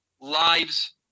lives